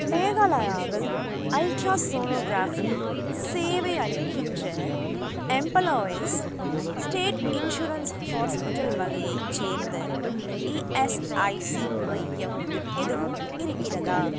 மேகாலயாவில் அல்ட்ராசோனோக்ராஃபி சேவை அளிக்கின்ற எம்ப்பளாயீஸ் ஸ்டேட் இன்சூரன்ஸ் ஹாஸ்பிட்டல் வகையைச் சேர்ந்த இஎஸ்ஐசி மையம் எதுவும் இருக்கிறதா